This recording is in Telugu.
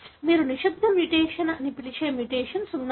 మీరు నిశ్శబ్ద మ్యుటేషన్ అని పిలిచే మ్యుటేషన్స్ ఉన్నాయి